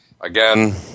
again